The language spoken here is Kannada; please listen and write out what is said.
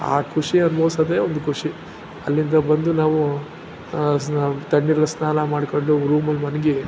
ಆ ಖುಷಿ ಅನುಭವ್ಸೋದೇ ಒಂದು ಖುಷಿ ಅಲ್ಲಿಂದ ಬಂದು ನಾವು ಸ್ ತಣ್ಣೀರಲ್ಲಿ ಸ್ನಾನ ಮಾಡಿಕೊಂಡು ರೂಮಲ್ಲಿ ಮಲ್ಗಿ